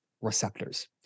receptors